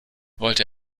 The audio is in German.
wollte